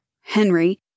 Henry